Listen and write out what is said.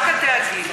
רק התאגיד,